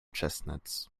chestnuts